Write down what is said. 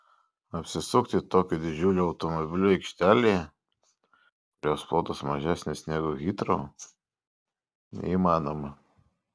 apsisukti tokiu didžiuliu automobiliu aikštelėje kurios plotas mažesnis negu hitrou neįmanoma